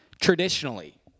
traditionally